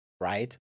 right